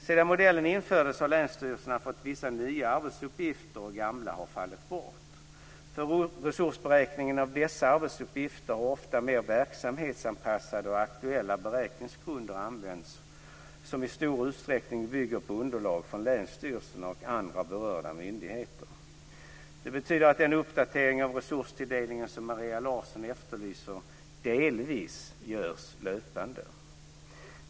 Sedan modellen infördes har länsstyrelserna fått vissa nya arbetsuppgifter och gamla har fallit bort. För resursberäkningen av dessa arbetsuppgifter har ofta mer verksamhetsanpassade och aktuella beräkningsgrunder använts som i stor utsträckning bygger på underlag från länsstyrelserna och andra berörda myndigheter. Det betyder att den uppdatering av resurstilldelningen som Maria Larsson efterlyser delvis görs löpande.